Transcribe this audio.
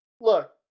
Look